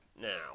now